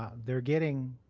ah they're getting